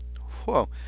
Whoa